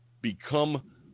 become